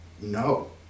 No